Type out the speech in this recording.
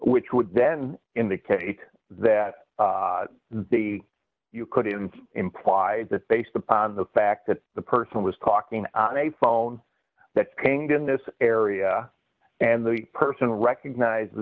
which would then indicate that the you couldn't implied that based upon the fact that the person was talking on a phone that can be in this area and the person recognized the